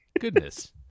Goodness